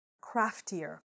craftier